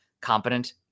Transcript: competent